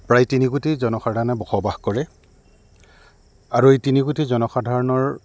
প্ৰায় তিনি কোটি জনসাধাৰণে বসবাস কৰে আৰু এই তিনি কোটি জনসাধাৰণৰ